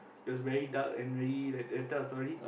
it was very dark and very like that type of story